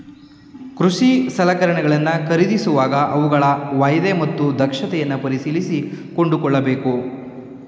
ಕೃಷಿ ಸಲಕರಣೆಗಳನ್ನು ಖರೀದಿಸುವಾಗ ಅವುಗಳ ವಾಯ್ದೆ ಮತ್ತು ದಕ್ಷತೆಯನ್ನು ಪರಿಶೀಲಿಸಿ ಕೊಂಡುಕೊಳ್ಳಬೇಕು